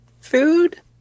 food